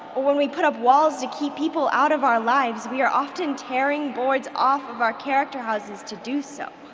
or when we put up walls to keep people out of our lives we are often tearing boards off of our character houses to do so.